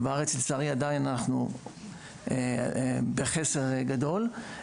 ובארץ לצערי עדיין אנחנו בחסר גדול.